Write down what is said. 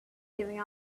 giving